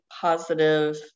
positive